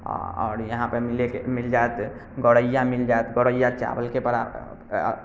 आओर यहाँपर मिलयके मिलै मिल जायत गौरैया मिल जायत गौरैया चावलके बड़ा